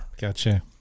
Gotcha